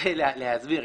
רוצה להסביר.